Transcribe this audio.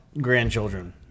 grandchildren